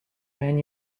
man